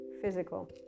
physical